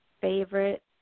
favorite